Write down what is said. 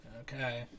Okay